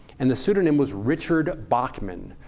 and the pseudonym was richard bachman.